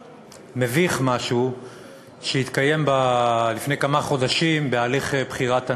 המביך-משהו שהתקיים לפני כמה חודשים בהליך בחירת הנגיד.